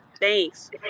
Thanks